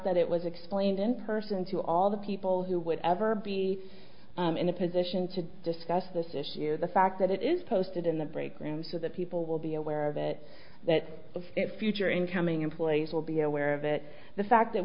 that it was explained in person to all the people who would ever be in a position to discuss this issue the fact that it is posted in the break room so that people will be aware of it that future incoming employees will be aware of it the fact that